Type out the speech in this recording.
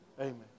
Amen